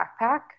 backpack